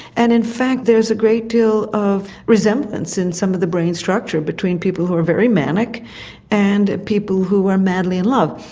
and in fact there's a great deal of reseblance in some of the brain structure between people who are very manic and people who are madly in love.